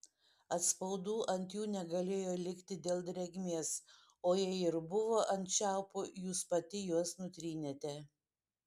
atspaudų ant jų negalėjo likti dėl drėgmės o jei ir buvo ant čiaupų jūs pati juos nutrynėte